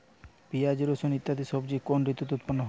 পিঁয়াজ রসুন ইত্যাদি সবজি কোন ঋতুতে উৎপন্ন হয়?